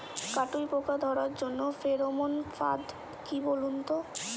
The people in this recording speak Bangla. কাটুই পোকা ধরার জন্য ফেরোমন ফাদ কি বলুন তো?